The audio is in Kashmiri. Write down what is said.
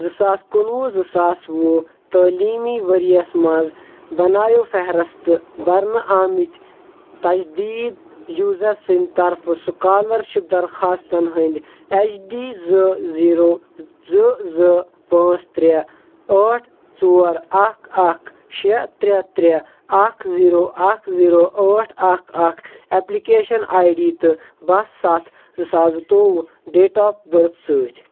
زٕ ساس کُنوُہ زٕ ساس وُہ تعلیٖمی ؤرۍ یَس مَنٛز بنٲوِو فہرست بَرنہٕ آمٕتۍ تجدیٖد یوٗزر سٕنٛدۍ طرفہٕ سُکالرشِپ درخواستن ہٕنٛدۍ ایچ ڈی زٕ زیٖرو زٕ زٕ پٲنٛژھ ترٛےٚ ٲٹھ ژور اکھ اکھ شےٚ ترٛےٚ ترٛےٚ اکھ زیٖرو اکھ زیٖرو ٲٹھ اکھ اکھ ایپلِکیشن آٮٔی ڈی تہٕ باہ سَتھ زٕ ساس زٕتوٚوُہ ڈیٹ آف بٔرِتھ سۭتۍ